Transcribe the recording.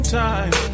time